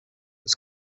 was